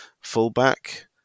fullback